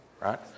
Right